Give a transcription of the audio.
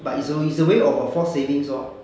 but it's aw~ it's a way of a force savings lor